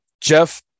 Jeff